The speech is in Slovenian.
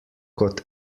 kot